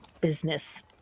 business